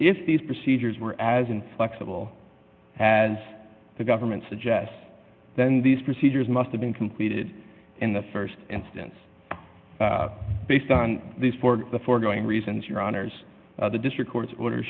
if these procedures were as inflexible as the government suggests then these procedures must have been completed in the st instance based on this for the foregoing reasons your honour's the district court's order